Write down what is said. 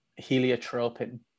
heliotropin